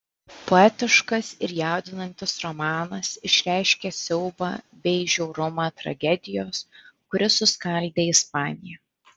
poetiškas ir jaudinantis romanas išreiškia siaubą bei žiaurumą tragedijos kuri suskaldė ispaniją